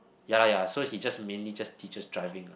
ya lah ya lah so he just mainly just teaches driving ah